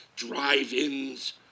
Drive-ins